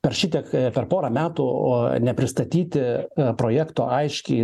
per šitiek per pora metų o nepristatyti projekto aiškiai